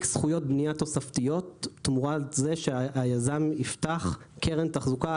זכויות בנייה תוספתיות תמורת זה שהיזם יפתח קרן תחזוקה.